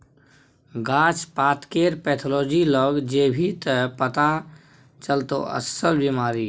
गाछ पातकेर पैथोलॉजी लग जेभी त पथा चलतौ अस्सल बिमारी